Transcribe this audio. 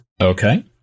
Okay